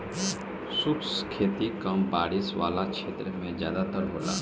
शुष्क खेती कम बारिश वाला क्षेत्र में ज़्यादातर होला